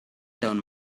down